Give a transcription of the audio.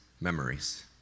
memories